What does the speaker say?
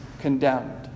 condemned